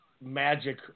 magic